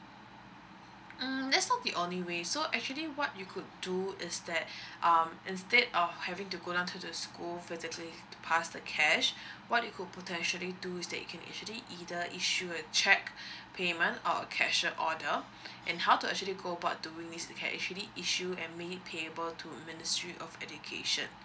mm that's not the only way so actually what you could do is that um instead of having to go down to the school physically to pass the cash what you could potentially do is that you can actually either issue a cheque payment or a cashier order and how to actually go about doing this you can actually issue payable to ministry of education